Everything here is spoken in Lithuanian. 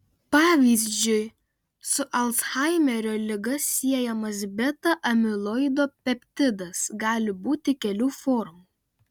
pavyzdžiui su alzhaimerio liga siejamas beta amiloido peptidas gali būti kelių formų